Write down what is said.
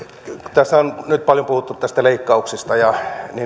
tässä on nyt paljon puhuttu näistä leikkauksista